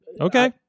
Okay